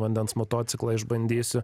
vandens motociklą išbandysiu